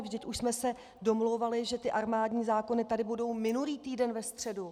Vždyť už jsme se domlouvali, že ty armádní zákony tady budou minulý týden ve středu.